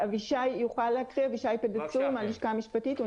אבישי פדהצור מהלשכה המשפטית יוכל לעשות את זה?